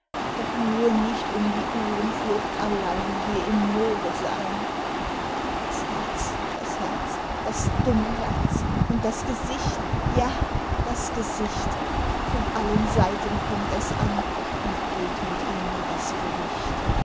doch nur nicht um die uhlenflucht alleine hier im moore sein das herz das herz das dumme herz und das gesicht ja das gesicht von allen seiten kommt es an und geht mit ihm in das gericht